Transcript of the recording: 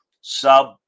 Sub